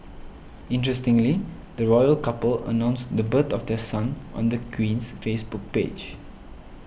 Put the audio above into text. interestingly the royal couple announced the birth of their son on the Queen's Facebook page